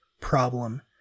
problem